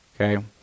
Okay